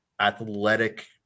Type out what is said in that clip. athletic